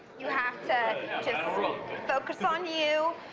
you have to just focus on you,